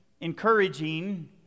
encouraging